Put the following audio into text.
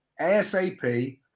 ASAP